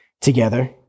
together